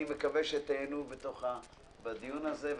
אני מקווה שתיהנו בדיון הזה.